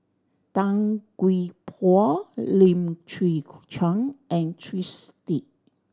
Tan Gee Paw Lim Chwee Chian and Twisstii